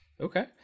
Okay